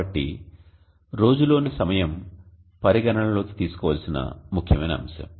కాబట్టి రోజు లోని సమయం పరిగణనలోకి తీసుకోవలసిన ముఖ్యమైన అంశం